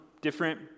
different